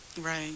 Right